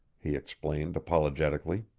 he explained apologetically.